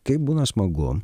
kaip būna smagu